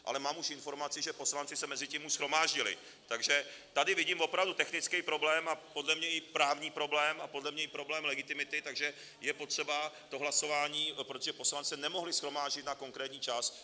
Ale mám informaci, že poslanci se už mezitím shromáždili, takže tady vidím opravdu technický problém a podle mě i právní problém a podle mě i problém legitimity, takže je potřeba to hlasování, protože poslanci se nemohli shromáždit na konkrétní čas.